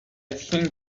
think